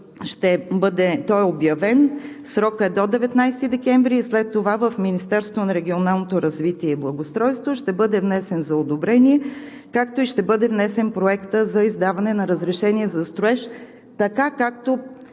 Той е обявен, срокът е до 19 декември и след това в Министерството на регионалното развитие и благоустройството ще бъде внесен за одобрение, както и ще бъде внесен проектът за издаване на разрешение за строеж, така както